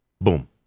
Boom